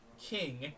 King